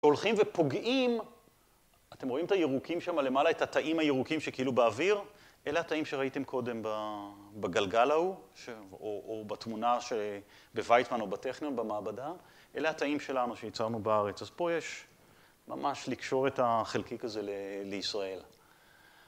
הולכים ופוגעים, אתם רואים את הירוקים שם למעלה? את התאים הירוקים שכאילו באוויר? אלה התאים שראיתם קודם בגלגל ההוא, או בתמונה בוויצמן או בטכניון במעבדה. אלה התאים שלנו שייצרנו בארץ. אז פה יש ממש לקשור את החלקיק הזה לישראל.